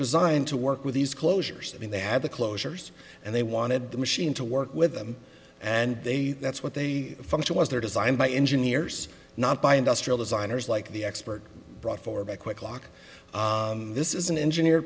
designed to work with these closures i mean they had the closures and they wanted the machine to work with them and they that's what they function was they're designed by engineers not by industrial designers like the expert brought for by a quick lock this is an engineer